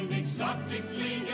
exotically